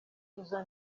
izo